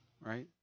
right